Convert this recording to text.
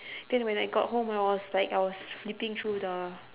then when I got home I was like I was flipping through the